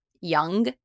young